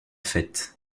faites